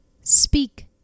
Speak